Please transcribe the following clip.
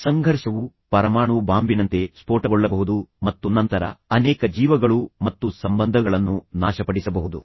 ಸಂಘರ್ಷವು ಪರಮಾಣು ಬಾಂಬಿನಂತೆ ಸ್ಫೋಟಗೊಳ್ಳಬಹುದು ಮತ್ತು ನಂತರ ಅನೇಕ ಜೀವಗಳು ಮತ್ತು ಸಂಬಂಧಗಳನ್ನು ನಾಶಪಡಿಸಬಹುದು